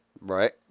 Right